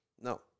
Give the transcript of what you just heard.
no